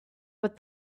but